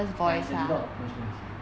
ya he's the leader people's voice